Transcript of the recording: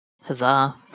Huzzah